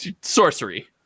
sorcery